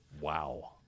wow